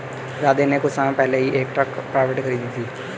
राधे ने कुछ समय पहले ही एक ट्रस्ट प्रॉपर्टी खरीदी है